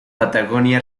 patagonia